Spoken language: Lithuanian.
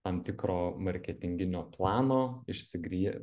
tam tikro marketinginio plano išsigry